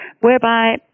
whereby